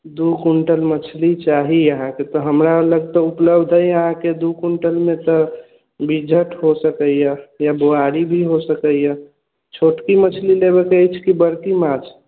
दू कुंटल मछली चाही अहाँकेँ तऽ हमरा लग तऽ उपलब्ध अछि अहाँकेँ दू कुंटलमे तऽ बिझट हो सकैए या बुआरी भी हो सकैए छोटकी मछली लेबेके अछि कि बड़की माछ